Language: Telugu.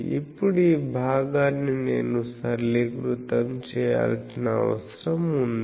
ఇప్పుడు ఈ భాగాన్ని నేను సరళీకృతం చేయాల్సిన అవసరం ఉంది